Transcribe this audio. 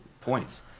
points